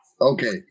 Okay